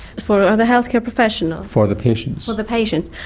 for the healthcare professional? for the patients. for the patients,